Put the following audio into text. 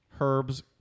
herbs